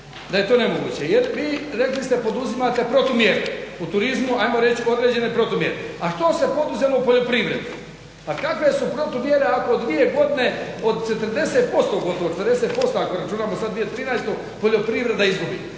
da je to nemoguće jer vi rekli ste poduzimate protumjeru. U turizmu ajmo reći određene protumjere. A što se poduzelo u poljoprivredi? A kakve su protumjere ako dvije godine od 40% ako računamo sad 2013. poljoprivreda izgubi?